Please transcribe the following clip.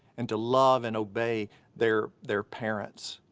and to love and obey their their parents.